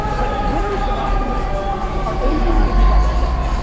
but winners and optimists are always going to give you that shot.